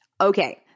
Okay